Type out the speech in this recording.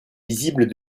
visible